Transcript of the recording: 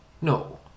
no